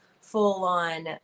full-on